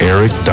Eric